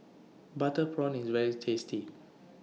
Butter Prawns IS very tasty